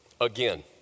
Again